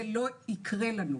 זה לא יקרה לנו.